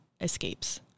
escapes